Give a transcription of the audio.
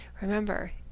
Remember